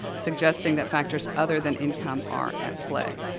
suggesting that factors other than income are at play.